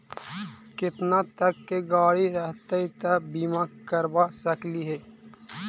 केतना तक के गाड़ी रहतै त बिमा करबा सकली हे?